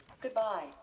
Goodbye